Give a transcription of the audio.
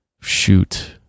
shoot